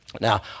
Now